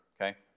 okay